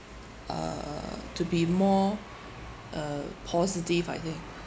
uh to be more uh positive I think